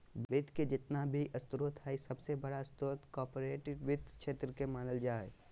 वित्त के जेतना भी स्रोत हय सबसे बडा स्रोत कार्पोरेट वित्त के क्षेत्र मानल जा हय